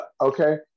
okay